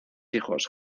hijos